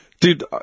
dude